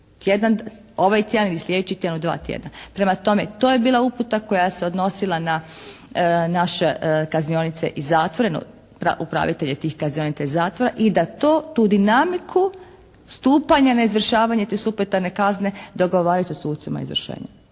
ovaj tjedan ili sljedeći tjedan ili 2 tjedna? Prema tome to je bila uputa koja se odnosila na naše kaznionice i zatvore, upravitelje tih kaznionica i zatvora. I da to, tu dinamiku stupanja na izvršavanje te … /Govornica se ne razumije./ … kazne dogovaraju sa sucima o izvršenju.